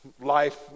life